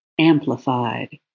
amplified